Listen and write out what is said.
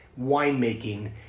winemaking